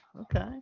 Okay